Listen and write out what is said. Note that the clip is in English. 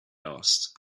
asked